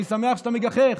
אני שמח שאתה מגחך,